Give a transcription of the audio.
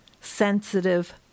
sensitive